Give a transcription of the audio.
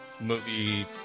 movie